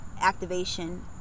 activation